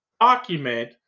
document